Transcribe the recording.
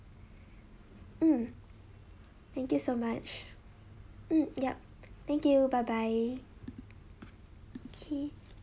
mm thank you so much mm yup thank you bye bye K